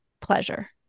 pleasure